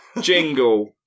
Jingle